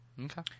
Okay